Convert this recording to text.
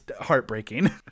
heartbreaking